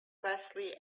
wesley